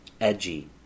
edgy